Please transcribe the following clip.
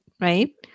right